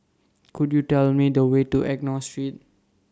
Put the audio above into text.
Could YOU Tell Me The Way to Enggor Street